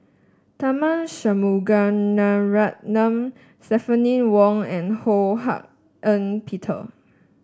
Tharman Shanmugaratnam Stephanie Wong and Ho Hak Ean Peter